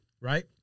Right